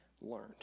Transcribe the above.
learned